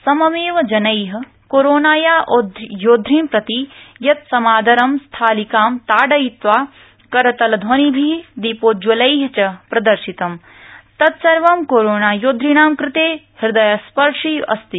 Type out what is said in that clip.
सममेव जनै कोरोनाया योदधन् प्रति यत् समादरं स्थालिकां ताडयित्वा करतलध्वनिभि दीपोज्ज्वलै च प्रदर्शितम् तत् सर्व कोरोना योद्धृणां कृते हृदयस्पर्शी अस्ति